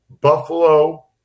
Buffalo